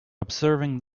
observing